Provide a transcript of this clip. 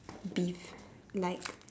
beef like